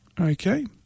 okay